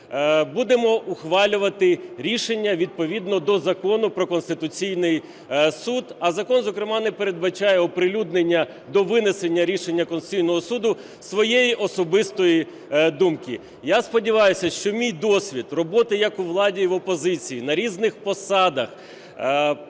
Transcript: будемо ухвалювати рішення, відповідно до Закону "Про Конституційний Суд". А закон, зокрема, не передбачає оприлюднення, до винесення рішення Конституційного Суду, своєї особистої думки. Я сподіваюся, що мій досвід роботи як у владі і в опозиції, на різних посадах